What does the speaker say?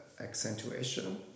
accentuation